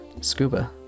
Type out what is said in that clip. scuba